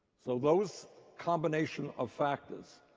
so those combination of factors,